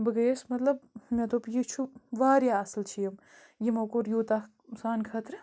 بہٕ گٔیَس مطلب مےٚ دوٚپ یہِ چھُ واریاہ اَصٕل چھِ یِم یِمو کوٚر یوٗتاہ سانہِ خٲطرٕ